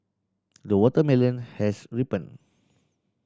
the watermelon has ripened